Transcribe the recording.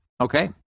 Okay